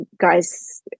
guys